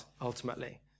ultimately